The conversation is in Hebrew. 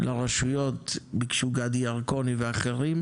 לרשויות ביקשו גדי ירקוני ואחרים,